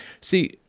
see